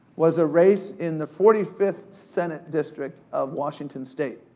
was a race in the forty fifth senate district of washington state.